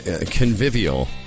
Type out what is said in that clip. convivial